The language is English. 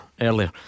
Earlier